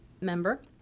member